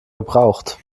gebraucht